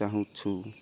ଚାହୁଁଛୁ